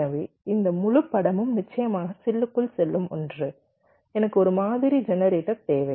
எனவே இந்த முழுப் படமும் நிச்சயமாக சில்லுக்குள் செல்லும் ஒன்று எனக்கு ஒரு மாதிரி ஜெனரேட்டர் தேவை